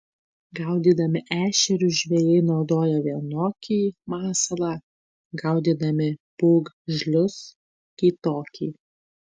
gaudydami ešerius žvejai naudoja vienokį masalą gaudydami pūgžlius kitokį